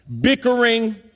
bickering